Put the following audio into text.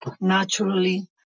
naturally